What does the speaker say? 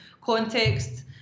context